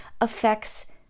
affects